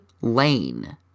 Lane